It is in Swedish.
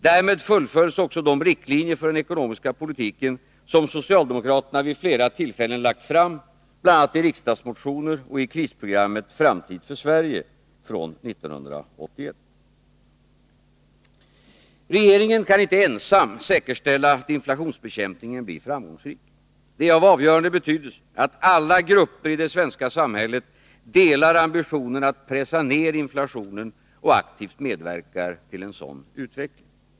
Därmed fullföljs också de riktlinjer för den ekonomiska politiken som socialdemokraterna vid flera tillfällen presenterat, bl.a. i riksdagsmotioner och i krisprogrammet ”Framtid för Sverige” från 1981. Regeringen kan inte ensam säkerställa att inflationsbekämpningen blir framgångsrik. Det är av avgörande betydelse att alla grupper i det svenska samhället delar ambitionen att pressa ner inflationen och aktivt medverkar till en sådan utveckling.